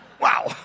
Wow